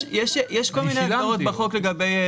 יש כל מיני הגדרות בחוק לגבי זה.